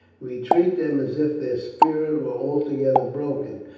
we treat them as if their spirit were altogether broken,